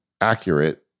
accurate